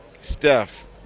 steph